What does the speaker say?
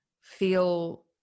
feel